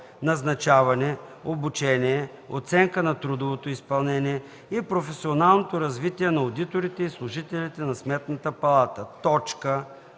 назначаване, обучение, оценка на трудовото изпълнение и професионалното развитие на одиторите и служителите на Сметната палата. (2)